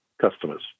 customers